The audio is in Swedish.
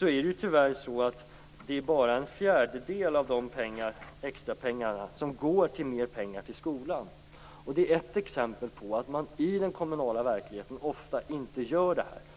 är det t.ex. tyvärr bara en fjärdedel av de extrapengarna som går till skolan. Det är ett exempel på att man i den kommunala verkligheten ofta inte genomför det här.